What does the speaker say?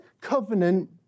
covenant